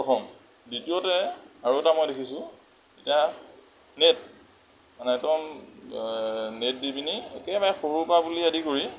প্ৰথম দ্বিতীয়তে আৰু এটা মই দেখিছোঁ এতিয়া নেট মানে একদম নেট দি পিনি একেবাৰে সৰুৰ পৰা বুলি আদি কৰি